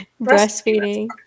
breastfeeding